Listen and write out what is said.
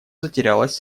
затерялась